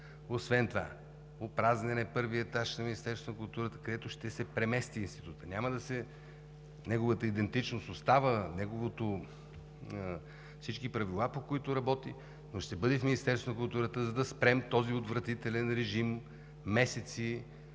Опразнен е първият етаж на Министерството на културата, където ще се премести Институтът. Неговата идентичност остава – всички правила, по които работи, но ще бъде в Министерството на културата, за да спрем този отвратителен режим, месеци